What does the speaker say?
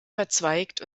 verzweigt